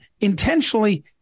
intentionally